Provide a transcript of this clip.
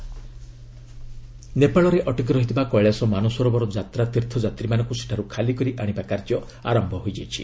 Nepal pilgrim ନେପାଳରେ ଅଟକି ରହିଥିବା କେଳାସ ମାନସରୋବର ଯାତ୍ରା ତୀର୍ଥଯାତ୍ରୀମାନଙ୍କୁ ସେଠାରୁ ଖାଲିକରି ଆଣିବା କାର୍ଯ୍ୟ ଆରମ୍ଭ ହୋଇଛି